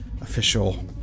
official